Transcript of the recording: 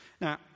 Now